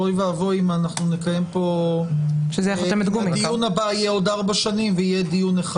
אוי ואבוי אם הדיון הבא יהיה עוד 4 שנים ויהיה דיון אחד.